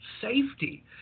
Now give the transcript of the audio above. safety